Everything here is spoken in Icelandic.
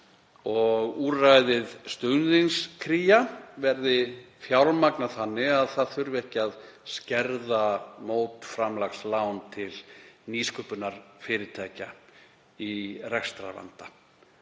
úrræðið Stuðnings-Kría verði fjármagnað þannig að ekki þurfi að skerða mótframlagslán til nýsköpunarfyrirtækja í rekstrarvanda.